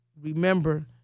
remember